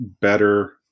better